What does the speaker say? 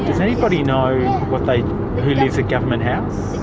does anybody know who lives at government house?